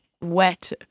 wet